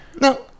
no